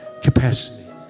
capacity